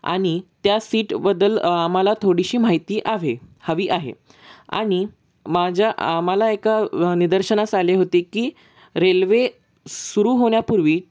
आणि त्या सीटबद्दल आम्हाला थोडीशी माहिती आहे हवी आहे आणि माझ्या आम्हाला एका निदर्शनास आले होते की रेल्वे सुरू होण्यापूर्वी